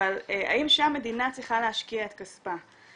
אבל האם שם המדינה צריכה להשקיע את כספה?